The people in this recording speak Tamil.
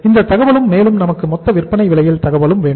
இந்த தகவலும் மேலும் மொத்த விற்பனை விலை தகவலும் வேண்டும்